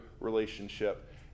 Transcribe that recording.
relationship